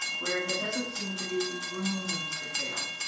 where there doesn't seem to be room to fail.